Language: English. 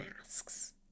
masks